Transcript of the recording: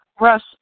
Russ